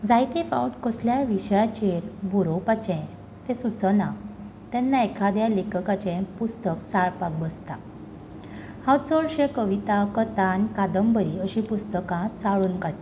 जायते फावट कसल्याय विशयाचेर बरोवपाचें ते सुचना तेन्ना एखाद्या लेखकाचें पुस्तक चाळपाक बसतां हांव चडशें कविता कथा आनी कांदबरी अशीं पुस्तकां चाळुन काडटां